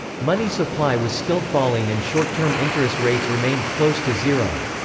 money supply was still falling and short-term interest rates remained close to zero.